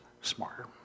smarter